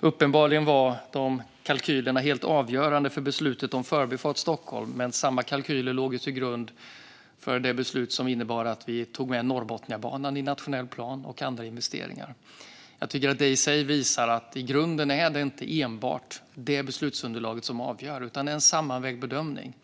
Uppenbarligen var de kalkylerna helt avgörande för beslutet om Förbifart Stockholm, men samma kalkyler låg till grund för det beslut som innebar att vi tog med Norrbotniabanan i nationell plan och andra investeringar. Jag tycker att det i sig visar att det i grunden inte enbart är ett beslutsunderlag som avgör, utan det är en sammanvägd bedömning.